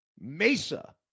Mesa